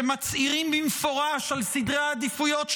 שמצהירים במפורש על סדרי העדיפויות שלהם,